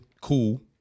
cool